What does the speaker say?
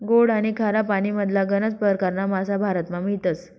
गोड आनी खारा पानीमधला गनज परकारना मासा भारतमा मियतस